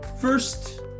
First